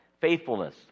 Faithfulness